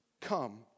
come